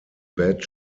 bed